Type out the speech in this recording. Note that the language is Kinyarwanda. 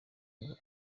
ngo